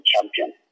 champion